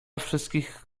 wszystkich